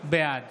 בעד